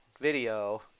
video